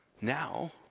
now